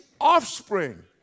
offspring